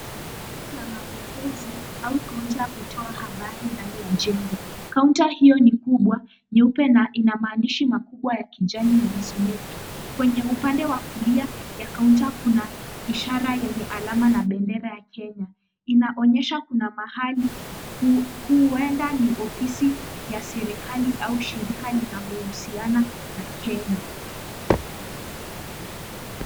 Jumba la mapokezi au kaunta ya kutoa habari ndani ya jengo. Kaunta hiyo ni kubwa, nyeupe na ina maandishi makubwa ya kijani yanasomeka. Kwenye upande wa kulia ya kaunta kuna ishara yenye alama na bendera ya Kenya. Inaonyesha kuna mahali huenda ni ofisi ya serikali au shirika linalo husiana na Kenya.